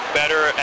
better